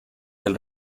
del